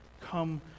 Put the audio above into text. come